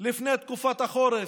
לפני תקופת החורף,